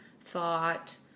thought